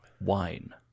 wine